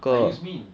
I use mean